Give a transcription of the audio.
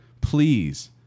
Please